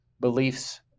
beliefs